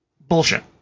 Bullshit